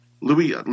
Louis